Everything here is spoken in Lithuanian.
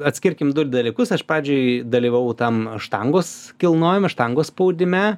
atskirkim du dalykus aš pradžioj dalyvavau tam štangos kilnojime štangos spaudime